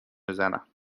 میزنم